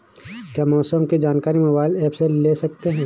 क्या मौसम की जानकारी मोबाइल ऐप से ले सकते हैं?